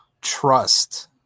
trust